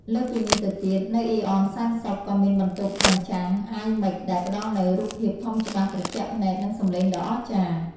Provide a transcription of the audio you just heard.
លើសពីនេះទៅទៀត នៅអ៊ីនអនសែនសុខ ក៏មានបន្ទប់បញ្ចាំង អាយមិច ដែលផ្តល់នូវរូបភាពធំច្បាស់ត្រជាក់ភ្នែក និងសម្លេងដ៏អស្ចារ្យ។